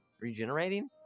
regenerating